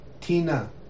Tina